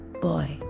Boy